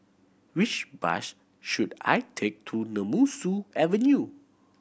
which bus should I take to Nemesu Avenue